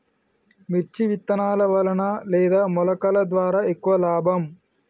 మిర్చి విత్తనాల వలన లేదా మొలకల ద్వారా ఎక్కువ లాభం?